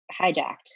hijacked